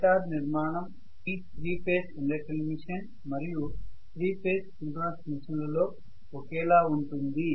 stator నిర్మాణం ఈ 3 phase induction machine మరియు 3 ఫేజ్ సింక్రోనస్ మెషిన్ లలో ఒకేలా ఉంటుంది